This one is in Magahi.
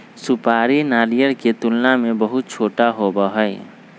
सुपारी नारियल के तुलना में बहुत छोटा होबा हई